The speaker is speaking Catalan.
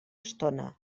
estona